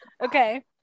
Okay